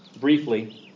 Briefly